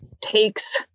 takes